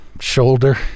shoulder